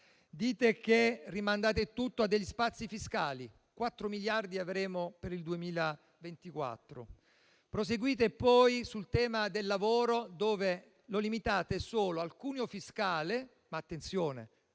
Dite che rimandate tutto a degli spazi fiscali: 4 miliardi avremo per il 2024. Proseguite poi sul tema del lavoro, che limitate al solo cuneo fiscale, ma - attenzione